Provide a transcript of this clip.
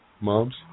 Moms